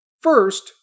First